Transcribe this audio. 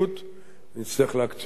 נצטרך להקצות, ומקצים,